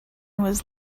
was